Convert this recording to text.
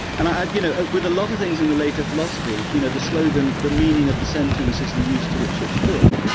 and ah you know ah with a lot of things in the later philosophy, you know the slogan the meaning of the sentence is the use to which it's put,